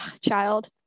child